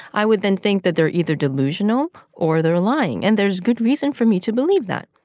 i would then think that they're either delusional or they're lying. and there's good reason for me to believe that.